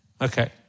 Okay